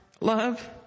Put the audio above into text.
love